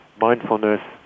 mindfulness